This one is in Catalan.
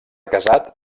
casat